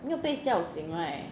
没有被叫醒 right